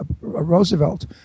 Roosevelt